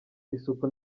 isuku